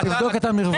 תבדוק את המרווח.